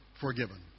forgiven